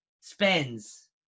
spends